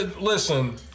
listen